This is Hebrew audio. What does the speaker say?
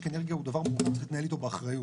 אנרגיה הוא דבר שצריך להתנהל איתו באחריות.